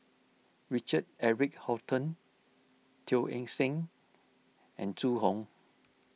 Richard Eric Holttum Teo Eng Seng and Zhu Hong